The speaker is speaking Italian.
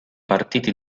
partiti